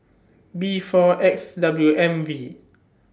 B four X W M V